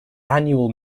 annual